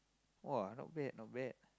!wow! not bad not bad